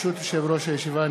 ברשות יושב-ראש הישיבה,